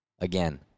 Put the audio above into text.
again